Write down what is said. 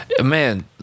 Man